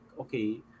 okay